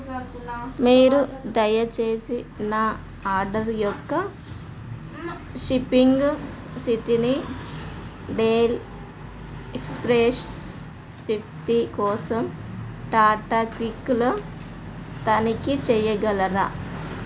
మీరు దయచేసి నా ఆర్డర్ యొక్క షిప్పింగు స్థితిని Dell X P S fifty కోసం టాటా క్లిక్లో తనిఖీ చేయగలరా